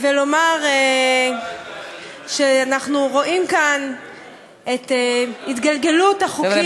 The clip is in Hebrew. ולומר שאנחנו רואים כאן את התגלגלות החוקים,